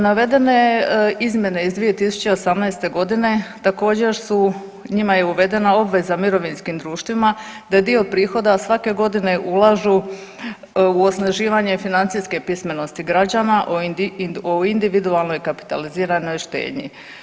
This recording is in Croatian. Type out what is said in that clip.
Navedene izmjene iz 2018. godine također su, njima je uvedena obveza mirovinskim društvima da dio prihoda svake godine ulažu u osnaživanje financijske pismenosti građana o individualnoj kapitaliziranoj štednji.